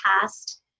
past